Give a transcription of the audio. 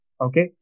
Okay